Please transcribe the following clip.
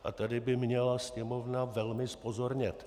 A tady by měla Sněmovna velmi zpozornět.